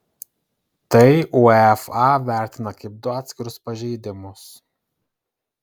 tai uefa vertina kaip du atskirus pažeidimus